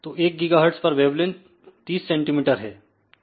तो 1 गीगाहर्टज पर wavelength 30 centimetre है